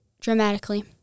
dramatically